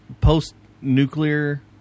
post-nuclear